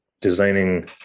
designing